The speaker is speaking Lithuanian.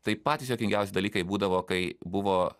tai patys juokingiausi dalykai būdavo kai buvo